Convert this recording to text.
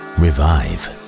revive